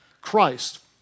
Christ